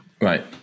Right